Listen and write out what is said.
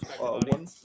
one